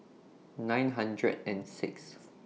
nine hundred and Sixth